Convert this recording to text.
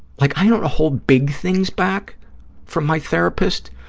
like i don't hold big things back from my therapist,